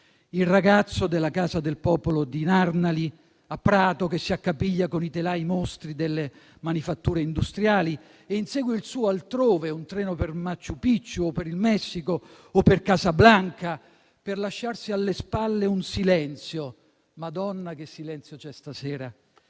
il ragazzo della casa del popolo di Narnali, a Prato, che si accapiglia con i telai-mostri delle manifatture industriali e insegue il suo altrove, un treno per Machu Picchu, per il Messico o per Casablanca, per lasciarsi alle spalle un silenzio ("Madonna che silenzio c'è stasera")